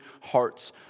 hearts